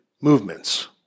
movements